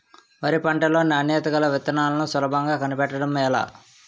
వరి పంట లో నాణ్యత గల విత్తనాలను సులభంగా కనిపెట్టడం ఎలా?